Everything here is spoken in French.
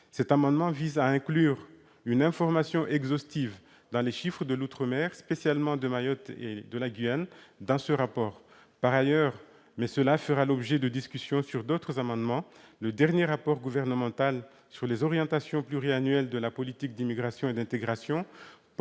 Cet amendement vise à inclure dans ce rapport une information exhaustive sur les chiffres de l'outre-mer, spécialement de Mayotte et de la Guyane. Par ailleurs, mais cela fera l'objet de discussions au sujet d'autres amendements, le dernier rapport gouvernemental consacré aux orientations pluriannuelles de la politique d'immigration et d'intégration